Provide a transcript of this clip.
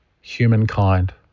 humankind